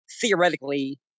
theoretically